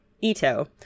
Ito